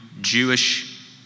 Jewish